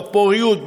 בפוריות,